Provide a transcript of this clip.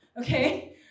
Okay